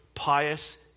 pious